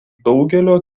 daugelio